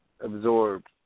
absorbed